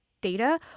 data